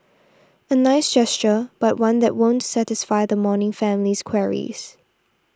a nice gesture but one that won't satisfy the mourning family's queries